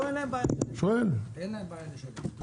לא, אין להם בעיה לשלם.